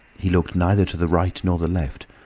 he looked neither to the right nor the left,